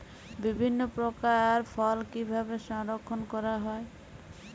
বিভিন্ন প্রকার ফল কিভাবে সংরক্ষণ করা হয়?